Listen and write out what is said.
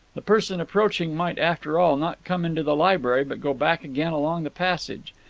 the person approaching might, after all, not come into the library, but go back again along the passage.